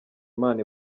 imana